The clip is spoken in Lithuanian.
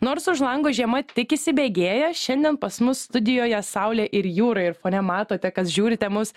nors už lango žiema tik įsibėgėja šiandien pas mus studijoje saulė ir jūra ir fone matote kas žiūrite mus